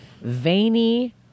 Veiny